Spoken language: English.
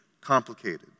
complicated